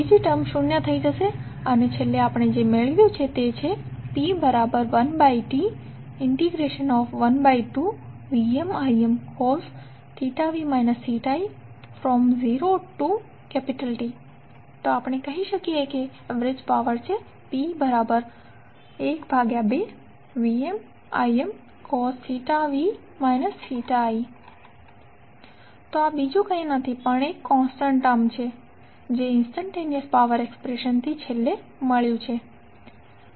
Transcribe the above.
બીજી ટર્મ શૂન્ય થઈ જશે અને છેલ્લે આપણે જે મળ્યું છે તે છે P1T0T12VmImcos v i તો આપણે કહી શકીએ કે એવરેજ પાવર છે P12VmImcos v i તો આ બીજું કઈ નહીં પણ એક કોન્સ્ટન્ટ ટર્મ છે જે ઇંસ્ટંટેનીઅસ પાવર એક્સપ્રેશન થી છેલ્લે મળ્યું છે